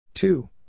Two